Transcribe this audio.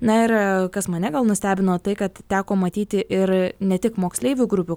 na ir kas mane gal nustebino tai kad teko matyti ir ne tik moksleivių grupių